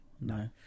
no